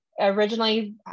originally